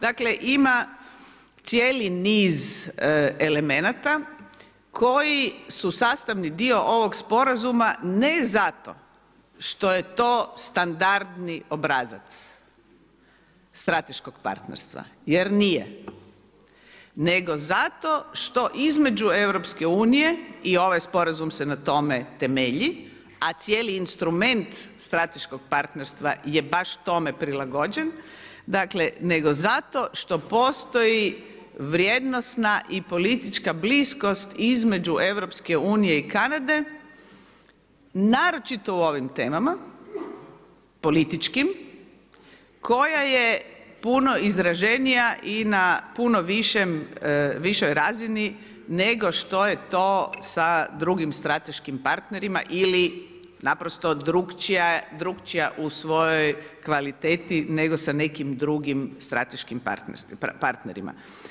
Dakle, ima cijeli niz elemenata koji su sastavni dio ovog sporazuma, ne zato što je to standardni obrazac strateškog partnerstva, jer nije, nego zato, što između EU i ovaj sporazum se na tome temelji, a cijeli instrument strateškog partnerstva je baš tome prilagođen, dakle, nego zato što postoji vrijednosna i politička bliskost između EU i Kanade, naročito o ovim temama, političkim, koja je puno izraženija i na puno višoj razini nego što je to sa drugim strateškim partnerima ili naprosto drugačije u svojoj kvaliteti nego sa nekim drugim strateškim partnerima.